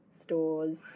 stores